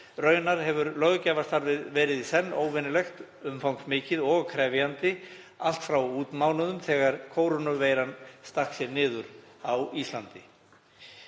Raunar hefur löggjafarstarfið verið í senn óvenjulegt, umfangsmikið og krefjandi, allt frá útmánuðum þegar kórónuveiran stakk sér niður á Íslandi.